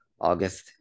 august